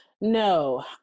No